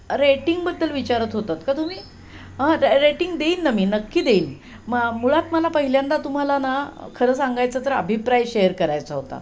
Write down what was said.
रेटिंगबद्दल विचारत होतात का तुम्ही हां रेटिंग देईन ना मी नक्की देईन म मुळात मला पहिल्यांदा तुम्हाला ना खरं सांगायचं तर अभिप्राय शेअर करायचा होता